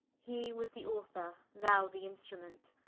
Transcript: he was the author, thou the instrument.